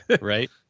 right